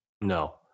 No